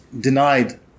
denied